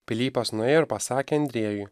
pilypas nuėjo ir pasakė andriejui